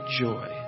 joy